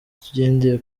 tugendeye